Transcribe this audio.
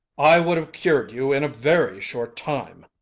i would have cured you in a very short time.